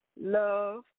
Love